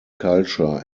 culture